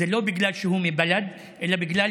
זה לא בגלל שהוא מבל"ד אלא בגלל